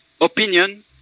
opinion